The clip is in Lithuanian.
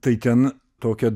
tai ten tokia